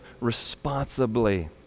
responsibly